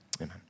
Amen